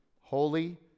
holy